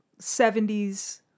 70s